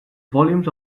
volumes